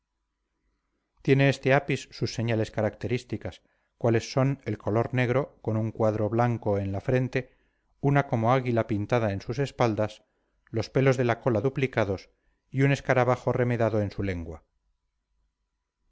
tiene este apis sus señales características cuales son el color negro con un cuadro blanco en la frente una como águila pintada en sus espaldas los pelos de la cola duplicados y un escarabajo remedado en su lengua